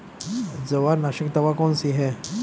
जवार नाशक दवा कौन सी है?